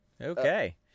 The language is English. Okay